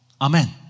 Amen